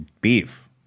beef